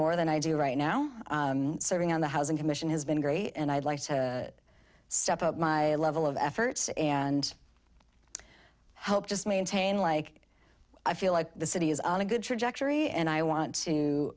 more than i do right now serving on the housing commission has been great and i'd like to step up my level of efforts and help just maintain like i feel like the city is on a good trajectory and i want to